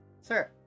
Sir